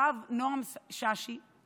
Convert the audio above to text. הרב נועם סאסי,